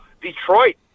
Detroit